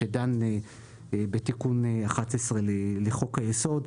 שדנו בתיקון 11 לחוק-היסוד,